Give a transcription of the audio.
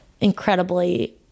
incredibly